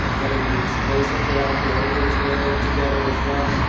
getting the displays that were out here earlier today together as well.